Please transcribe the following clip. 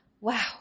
Wow